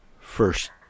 first